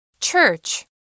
Church